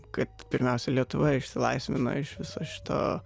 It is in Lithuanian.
kad pirmiausia lietuva išsilaisvino iš viso šito